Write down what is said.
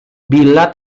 bila